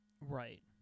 Right